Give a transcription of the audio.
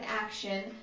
action